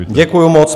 Děkuju moc.